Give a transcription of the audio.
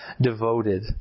devoted